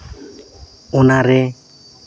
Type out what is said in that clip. ᱚᱱᱟᱨᱮ